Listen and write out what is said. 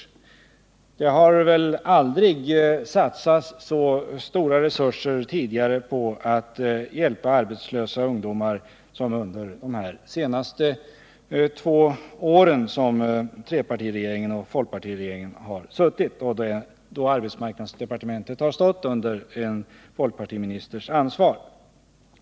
Aldrig tidigare har det väl satsats så stora resurser på att hjälpa arbetslösa ungdomar som under de två år då en trepartiregering och en folkpartiregering suttit och då arbetsmarknadsdepartementet stått under en folkpartiministers ansvar.